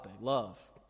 love